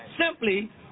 simply